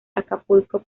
acapulco